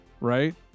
right